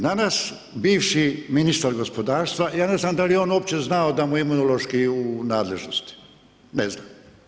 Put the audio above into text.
Danas bivši ministar gospodarstva, ja ne znam da li je on uopće znao da mu je Imunološki u nadležnosti, ne znam.